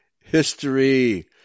history